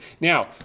Now